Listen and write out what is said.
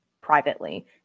privately